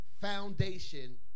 foundation